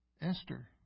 Esther